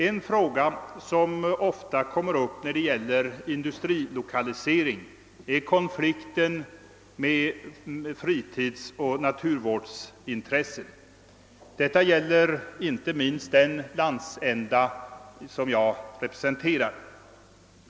En fråga som ofta kommer upp när det gäller industrilokalisering är konflikten med fritidsoch naturvårdsintressen. Detta gäller inte minst den landsända jag representerar.